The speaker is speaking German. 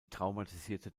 traumatisierte